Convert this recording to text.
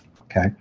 Okay